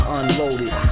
unloaded